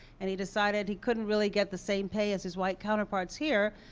and he decided he couldn't really get the same pay as his white counterparts here.